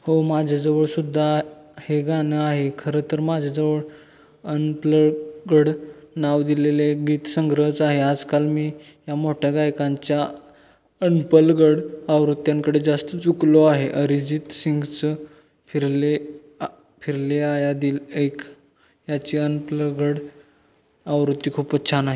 हो माझ्याजवळ सुद्धा हे गाणं आहे खरं तर माझ्याजवळ अनप्लगड नाव दिलेले गीतसंग्रहच आहे आजकाल मी या मोठ्या गायकांच्या अनपलगड आवृत्त्यांकडे जास्त झुकलो आहे अरिजित सिंगचं फिरले फिर ले आया दिल ऐक याची अनप्लगड आवृत्ती खूपच छान आहे